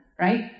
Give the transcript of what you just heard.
right